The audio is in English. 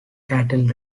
cattle